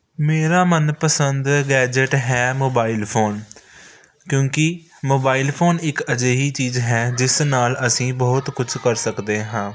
ਮੇਰਾ ਮਨ ਪਸੰਦ ਗੈਜਡ ਹੈ ਮੋਬਾਈਲ ਫੋਨ ਕਿਉਂਕਿ ਮੋਬਾਈਲ ਫੋਨ ਇੱਕ ਅਜਿਹੀ ਚੀਜ਼ ਹੈ ਜਿਸ ਨਾਲ ਅਸੀਂ ਬਹੁਤ ਕੁਝ ਕਰ ਸਕਦੇ ਹਾਂ